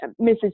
Mrs